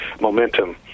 momentum